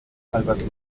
albert